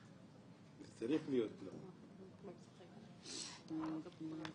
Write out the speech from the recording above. אנחנו לא מתייחסים אל אף בנק כמונופול,